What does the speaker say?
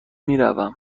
میروم